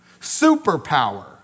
superpower